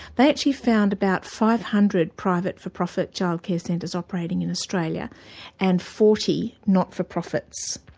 they actually found about five hundred private for-profit childcare centres operating in australia and forty not-for-profits.